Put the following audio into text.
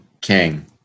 King